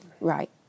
Right